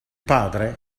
padre